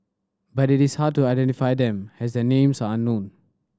but it is hard to identify them as their names are unknown